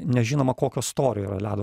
nežinoma kokio storio yra ledo